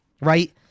right